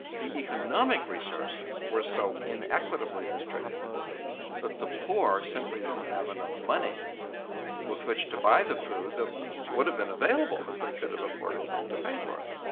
the economic resources were so inequitably distributed that the poor simply didn't have enough money with which to buy the food that would've been available if they could have afforded to pay for it.